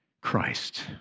Christ